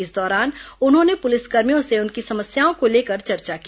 इस दौरान उन्होंने पुलिकर्मियों से उनकी समस्याओं को लेकर चर्चा की